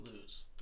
lose